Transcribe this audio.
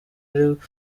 ariko